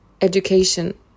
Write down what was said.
education